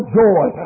joy